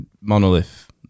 monolith